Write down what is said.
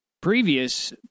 previous